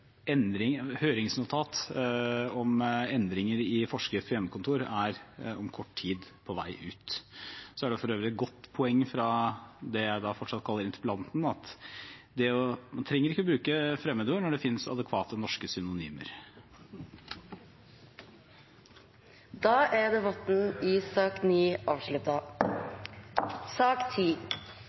om endringer i forskrift for hjemmekontor er om kort tid på vei ut. Det er for øvrig et godt poeng fra det jeg fortsatt kaller interpellanten, at man trenger ikke å bruke fremmedord når det finnes adekvate norske synonymer. Debatten i sak